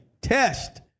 test